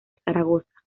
zaragoza